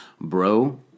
bro